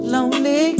Lonely